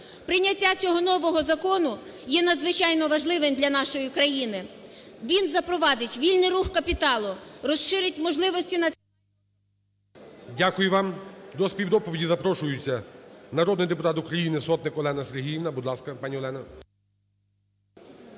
Прийняття цього нового закону є надзвичайно важливим для нашої країни, він запровадить вільний рух капіталу, розширить можливості… ГОЛОВУЮЧИЙ.